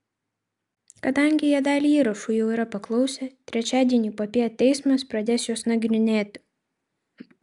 kadangi jie dalį įrašų jau yra paklausę trečiadienį popiet teismas pradės juos nagrinėti